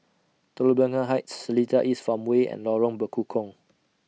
Telok Blangah Heights Seletar East Farmway and Lorong Bekukong